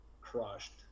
crushed